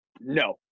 No